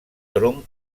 tronc